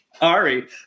Ari